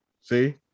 See